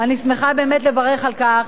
אני שמחה באמת לברך על כך,